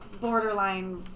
Borderline